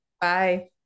Bye